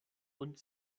und